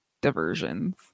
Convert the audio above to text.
diversions